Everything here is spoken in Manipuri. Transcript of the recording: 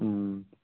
ꯎꯝ